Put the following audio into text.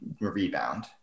rebound